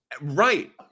right